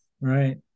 Right